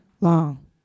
long